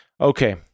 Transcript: Okay